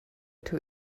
two